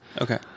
Okay